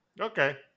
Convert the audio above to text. Okay